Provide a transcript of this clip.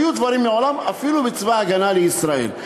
היו דברים מעולם אפילו בצבא הגנה לישראל.